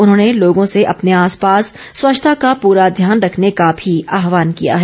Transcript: उन्होंने लोगों से अपने आसपास स्वच्छता का पूरा ध्यान रखने का भी आवाहन किया है